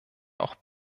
auch